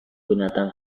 binatang